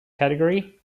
category